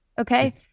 Okay